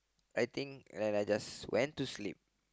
I think I just I just went to sleep